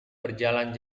berjalan